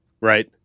Right